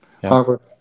Harvard